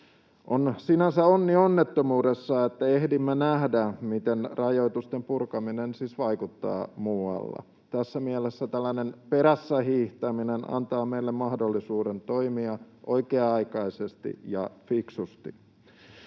On sinänsä onni onnettomuudessa, että ehdimme nähdä, miten rajoitusten purkaminen vaikuttaa muualla. Tässä mielessä tällainen perässä hiihtäminen antaa meille mahdollisuuden toimia oikea-aikaisesti ja fiksusti.